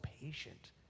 patient